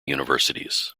universities